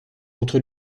entre